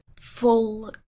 full